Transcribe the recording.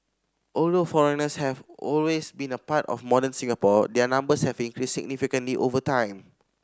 although foreigners have always been a part of modern Singapore their numbers have increased significantly over time